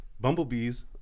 bumblebees